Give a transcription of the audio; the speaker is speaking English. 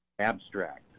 abstract